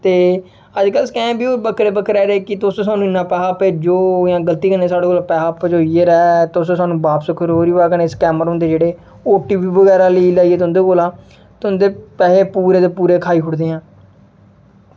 ते अज्ज कल स्कैम बी बक्खरा बक्खरा कि तुस सानूं इ'न्ना पैसा भेजो गलती कन्नै साढ़े कोल पैसा पजोई गेदा ऐ तुस सानूं बापस करो ओह्दे बाद कन्नै स्कैमर होंदे जेह्ड़े ओ टी पी बगैरा लेई लैंदे जंदे तुंदे कोला दा तुंदे पैसे पूरे दे पूरे खाई ओड़दे आं